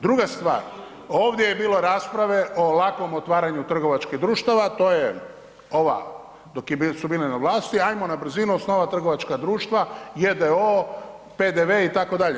Druga stvar, ovdje je bilo rasprave o lakom otvaranju trgovačkih društava, to je ova dok su bili na vlasti ajmo na brzinu osnovati trgovačka društva J.D.O.O., PDV itd.